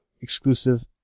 exclusive